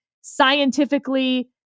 scientifically